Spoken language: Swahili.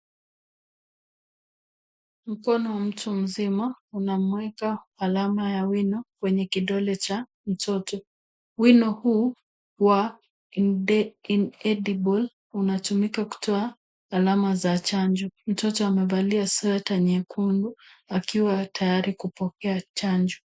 Mkono wa mtu mzima unaweka alama ya wino kwenye kidole cha mtoto. Wino huu wa inedible unatumika kutoa alama za chanjo. Mtoto amevalia sweta nyekundu akiwa tayari kupokea chanjo.